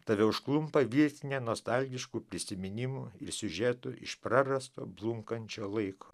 tave užklumpa vietinė nostalgiškų prisiminimų ir siužetų iš prarasto blunkančio laiko